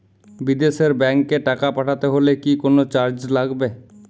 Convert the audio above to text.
বিদেশের ব্যাংক এ টাকা পাঠাতে হলে কি কোনো চার্জ লাগবে?